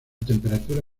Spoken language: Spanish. temperatura